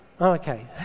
Okay